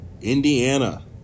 Indiana